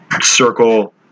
circle